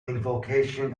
invocation